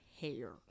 hair